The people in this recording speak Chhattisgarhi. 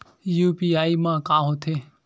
यू.पी.आई मा का होथे?